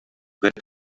that